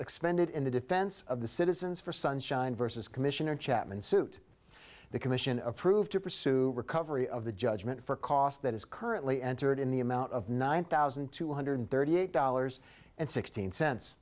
expended in the defense of the citizens for sunshine vs commissioner chapman suit the commission approved to pursue recovery of the judgment for cost that is currently entered in the amount of nine thousand two hundred thirty eight dollars and sixteen cents